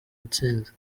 intsinzi